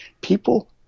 people